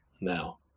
now